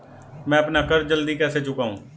मैं अपना कर्ज जल्दी कैसे चुकाऊं?